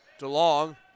DeLong